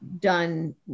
done